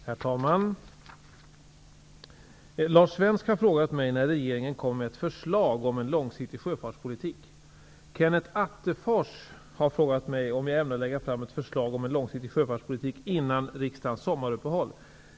Herr talman! Lars Svensk har frågat mig när regeringen kommer med ett förslag om en långsiktig sjöfartspolitik. Kenneth Attefors har frågat mig om jag ämnar lägga fram ett förslag om en långsiktig sjöfartspolitik före riksdagens sommaruppehåll.